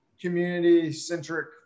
community-centric